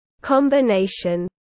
combination